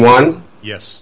one yes